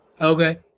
okay